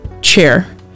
chair